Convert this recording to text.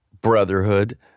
brotherhood